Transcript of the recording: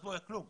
אז לא היה כלום.